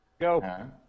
Go